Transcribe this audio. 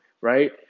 right